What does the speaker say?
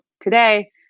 today